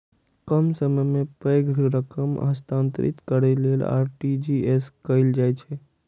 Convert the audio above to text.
कम समय मे पैघ रकम हस्तांतरित करै लेल आर.टी.जी.एस कैल जाइ छै